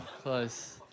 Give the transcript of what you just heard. Close